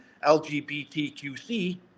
LGBTQC